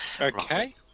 Okay